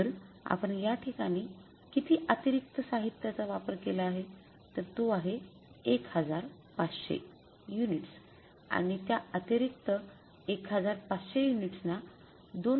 तर आपण याठिकाणी किती अतिरिक्त साहित्याचा वापर केला आहे तर तो आहे १५०० युनिट्स आणि त्या अतिरिक्त १५०० युनिट्स ना २